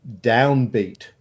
downbeat